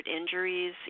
injuries